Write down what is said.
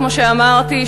כמו שאמרתי,